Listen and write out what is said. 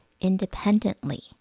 independently